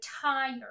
tired